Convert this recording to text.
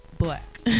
black